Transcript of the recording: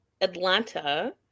atlanta